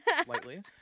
slightly